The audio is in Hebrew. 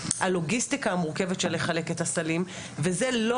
הלוגיסטיקה מורכבת של לחלק את הסלים וזה לא